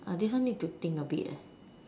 this one need to think a bit